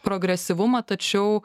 progresyvumą tačiau